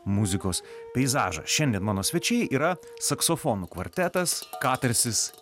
muzikos peizažą šiandien mano svečiai yra saksofonų kvartetas katarsis